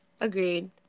Agreed